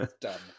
done